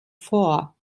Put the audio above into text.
vor